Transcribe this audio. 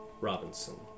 Robinson